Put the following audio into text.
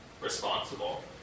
responsible